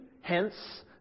Hence